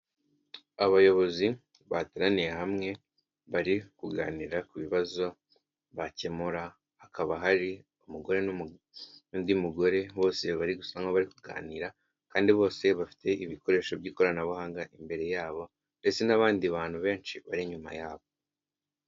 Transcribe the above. Abayobozi bateraniye hamwe bari kuganira ku bibazo bakemura hakaba hari umugore n'undi mugore bose bari gusoma baganira kandi bose bafite ibikoresho by'ikoranabuhanga imbere yabo mbese n'abandi bantu benshi bari inyuma yabo.